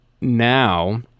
now